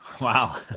Wow